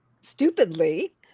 stupidly